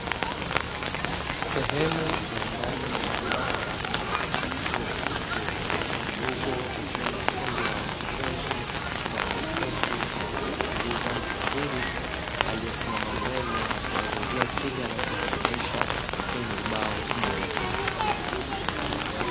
Sehemu ya ndani ya darasa la chuo kikuu, huku kukiwa na kundi la wanafunzi wameketi na kumsikiliza mhariri aliyesimama mbele na kuwaelezea kile anachokionyesha kwenye ubao mweupe.